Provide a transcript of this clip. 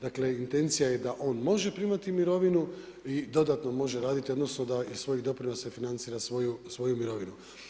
Dakle, intencija je da on može primati mirovinu i dodatno može raditi, odnosno da iz svojih doprinosa financira svoju mirovinu.